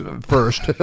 first